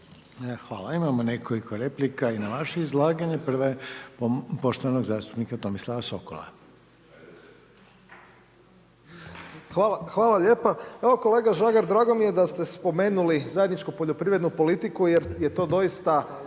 Hvala i vama. Nekoliko replika i na vaše izlaganje. Prva je poštovanog zastupnika Tomislava Sokola. **Sokol, Tomislav (HDZ)** Hvala lijepa. Evo, kolega Žagar drago mi je da ste spomenuli zajedničku poljoprivrednu politiku EU jer je to doista